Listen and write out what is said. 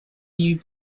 new